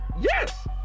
Yes